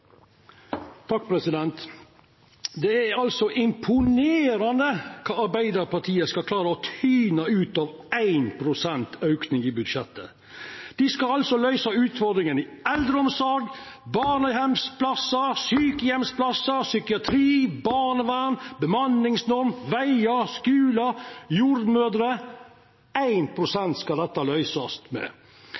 Det er imponerande kva Arbeidarpartiet skal klara å tyna ut av 1 pst. auke i budsjettet. Dei skal løysa utfordringane når det gjeld eldreomsorg, barneheimsplassar, sjukeheimsplassar, psykiatri, barnevern, bemanningsnorm, vegar, skular, jordmødrer. Ein skal løysa dette med